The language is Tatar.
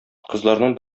кызларның